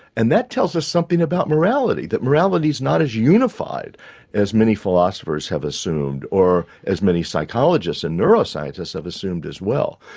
and that tells us something about morality that morality is not as unified as many philosophers have assumed or as many psychologists and neuroscientists have assumed as well.